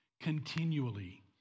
continually